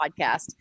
podcast